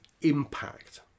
impact